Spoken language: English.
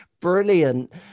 brilliant